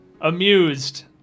amused